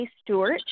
Stewart